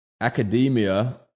academia